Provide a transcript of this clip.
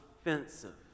offensive